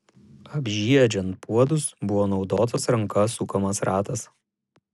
apžiedžiant puodus buvo naudotas ranka sukamas ratas